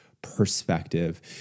perspective